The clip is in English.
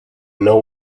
know